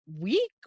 week